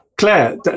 Claire